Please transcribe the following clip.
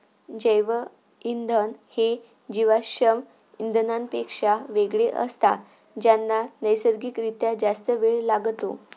जैवइंधन हे जीवाश्म इंधनांपेक्षा वेगळे असतात ज्यांना नैसर्गिक रित्या जास्त वेळ लागतो